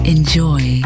Enjoy